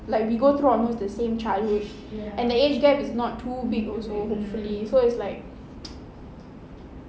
like we go through almost the same childhood and the age gap is not too big also hopefully so it's like